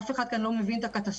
אף אחד כאן לא מבין את הקטסטרופה,